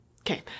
Okay